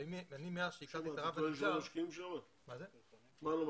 אבל מאז שהכרתי את הרב אניג'ר --- מה לא משקיעים?